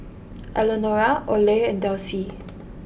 Elenora Oley and Delcie